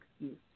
excuse